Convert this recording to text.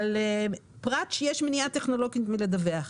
על פרט שיש מניעה טכנולוגית מלדווח.